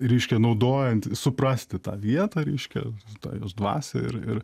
reiškia naudojant suprasti tą vietą reiškia tą jos dvasią ir ir